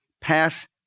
pass